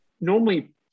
normally